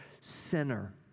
sinner